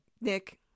Nick